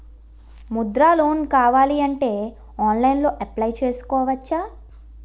Mudra loan కావాలి అంటే ఆన్లైన్లో అప్లయ్ చేసుకోవచ్చా?